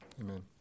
Amen